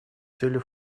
целью